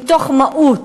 מתוך מהות,